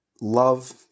love